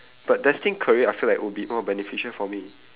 but destined career I feel like would be more beneficial for me